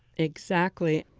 exactly.